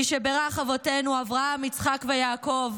"מי שבירך אבותינו, אברהם, יצחק ויעקב,